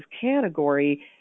category